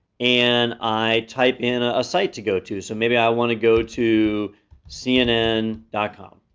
and i type in a site to go to. so maybe i wanna go to cnn com,